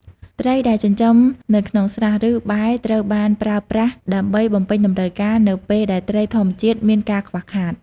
ត្រីដែលចិញ្ចឹមនៅក្នុងស្រះ ឬបែរត្រូវបានប្រើប្រាស់ដើម្បី បំពេញតម្រូវការ នៅពេលដែលត្រីធម្មជាតិមានការខ្វះខាត។